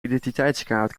identiteitskaart